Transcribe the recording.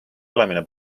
olemine